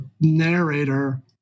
narrator